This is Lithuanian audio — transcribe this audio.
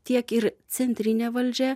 tiek ir centrinė valdžia